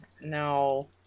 No